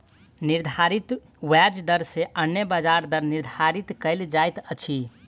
निर्धारित ब्याज दर सॅ अन्य ब्याज दर निर्धारित कयल जाइत अछि